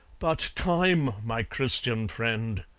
but time! my christian friend!